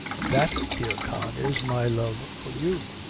that, dear con, is my love for you!